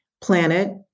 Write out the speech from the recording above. planet